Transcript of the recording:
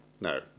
No